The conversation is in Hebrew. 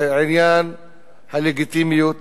בעניין הלגיטימיות